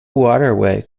waterway